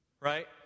right